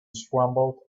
scrambled